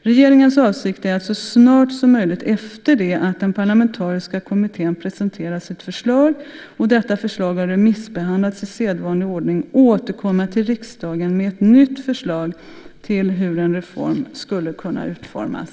Regeringens avsikt är att så snart som möjligt, efter det att den parlamentariska kommittén presenterat sitt förslag och detta förslag har remissbehandlats i sedvanlig ordning, återkomma till riksdagen med ett nytt förslag till hur en reform skulle kunna utformas.